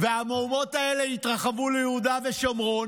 המהומות האלה יתרחבו ליהודה ושומרון